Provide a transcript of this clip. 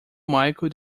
michael